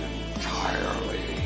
entirely